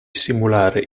simulare